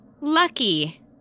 lucky